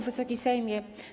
Wysoki Sejmie!